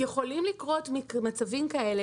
יכולים לקרות מצבים כאלה,